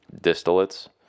distillates